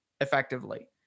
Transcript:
effectively